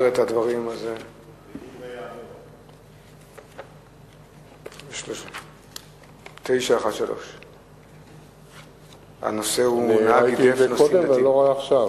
3. מה היא תשובתכם על שש הבקשות שבסוף המכתב המצורף?